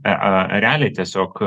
e a realiai tiesiog